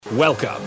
Welcome